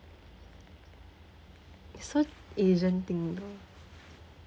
it's so asian thing though